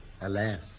alas